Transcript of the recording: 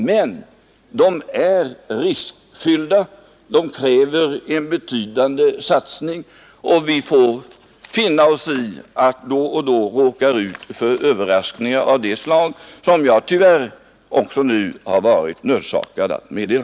Men de är riskfyllda, de kräver en betydande satsning, och vi får finna oss i att då och då råka ut för överraskningar av det slag som jag tyvärr också nu har varit nödsakad att meddela.